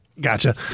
gotcha